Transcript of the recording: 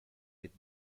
with